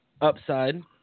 upside